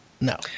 no